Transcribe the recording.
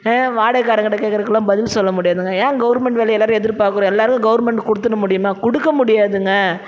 வாடகை காரங்க கிட்ட கேட்குறதுக்குலா பதில் சொல்ல முடியாதுங்க ஏன் கவர்மெண்ட் வேலையை எல்லாரும் எதிர்பார்க்குறோம் எல்லாரும் கவர்மெண்ட் கொடுத்துட முடியுமா கொடுக்க முடியாதுங்க